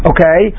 Okay